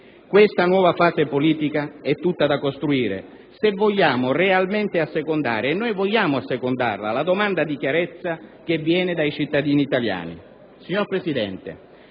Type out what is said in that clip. Questa nuova fase politica è tutta da costruire, se vogliamo realmente assecondare - e noi vogliamo farlo - la domanda di chiarezza che viene dai cittadini italiani. Signor Presidente,